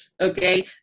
Okay